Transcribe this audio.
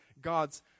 God's